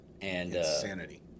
Insanity